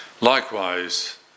likewise